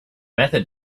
method